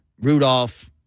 rudolph